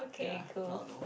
ya now no